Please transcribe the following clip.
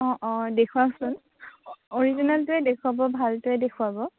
অঁ অঁ দেখুৱাওকচোন অৰিজিনেলটোৱে দেখুৱাব ভালটোৱে দেখুৱাব